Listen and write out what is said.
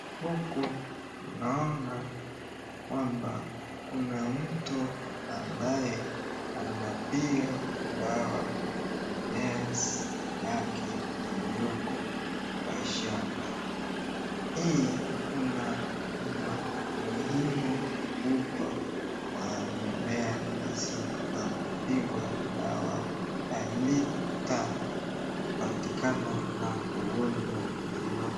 Huku naona kwamba kuna mtu ambaye anapiga dawa mimea yake iliyoko kwa shamba. Hii iko na umuhimu mkubwa kwa mimea hizi kwa kupigwa dawa halitapatikana na ugonjwa yoyote.